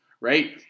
right